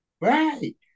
Right